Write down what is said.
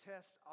Tests